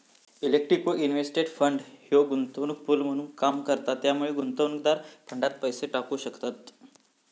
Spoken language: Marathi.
कलेक्टिव्ह इन्व्हेस्टमेंट फंड ह्यो गुंतवणूक पूल म्हणून काम करता त्यामुळे गुंतवणूकदार फंडात पैसे टाकू शकतत